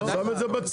הוא שם את זה בצד.